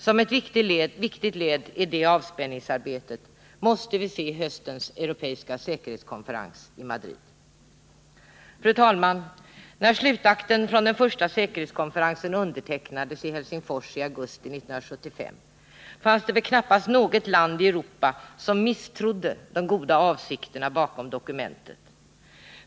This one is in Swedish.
Som ett viktigt led i det avspänningsarbetet måste vi se höstens europeiska säkerhetskonferens i Madrid. Fru talman! När slutakten från den första säkerhetskonferensen undertecknades i Helsingfors i augusti 1975 fanns det väl knappast något land i Europa som misstrodde de goda avsikterna bakom dokumentet.